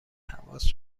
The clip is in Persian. حواس